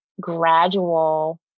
gradual